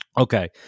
Okay